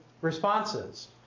responses